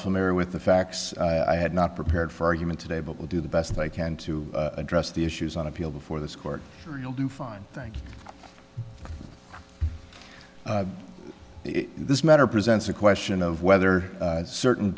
familiar with the facts i had not prepared for argument today but will do the best i can to address the issues on appeal before this court will do fine thank you this matter presents a question of whether certain